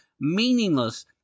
meaningless